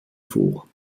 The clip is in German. vor